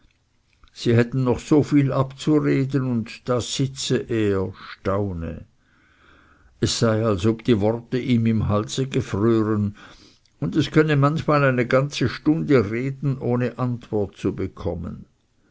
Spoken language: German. sie hätten noch so viel abzureden und da sitze er staune es sei als ob die worte ihm im halse gefrören und es könne manchmal eine ganze stunde reden ohne antwort zu bekommen